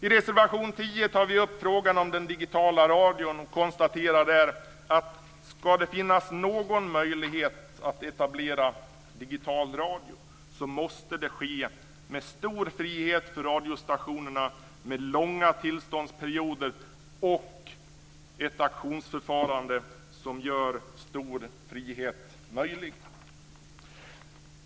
I reservation 10 tar vi upp frågan om den digitala radion och konstaterar att för att det ska finnas någon möjlighet att etablera digital radio måste det ske med stor frihet för radiostationerna, med långa tillståndsperioder och med ett auktionsförfarande som gör stor frihet möjlig.